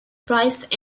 price